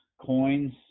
coins